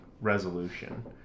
resolution